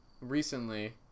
recently